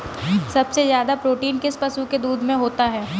सबसे ज्यादा प्रोटीन किस पशु के दूध में होता है?